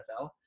NFL